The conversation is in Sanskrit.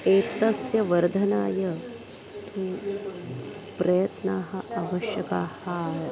एतस्य वर्धनाय तु प्रयत्नाः अवश्यकाः